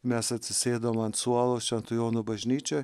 mes atsisėdom ant suolo šventų jonų bažnyčioj